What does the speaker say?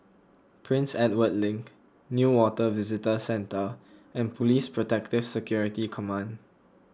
Prince Edward Link Newater Visitor Centre and Police Protective Security Command